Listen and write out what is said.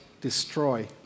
destroy